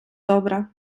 добре